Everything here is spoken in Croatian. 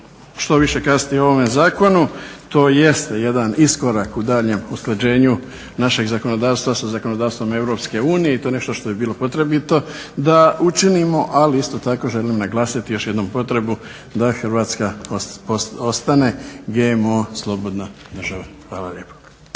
što više kazati o ovome zakonu? To jeste jedan iskorak u daljnjem usklađenju našeg zakonodavstva s zakonodavstvom EU i to je nešto što je bilo potrebito da učinimo, ali isto tako želim naglasiti još jednom potrebu da Hrvatska ostane GMO slobodna država. Hvala lijepo.